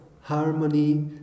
harmony